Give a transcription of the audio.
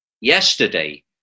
yesterday